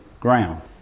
ground